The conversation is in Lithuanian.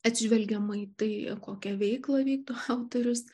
atsižvelgiama į tai kokią veiklą vykdo autorius